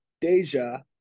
Deja